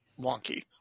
wonky